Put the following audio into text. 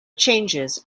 changes